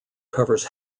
covers